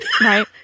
right